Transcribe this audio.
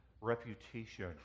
reputation